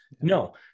No